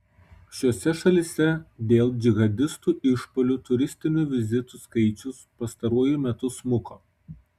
šiose šalyse dėl džihadistų išpuolių turistinių vizitų skaičius pastaruoju metu smuko